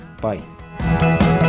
Bye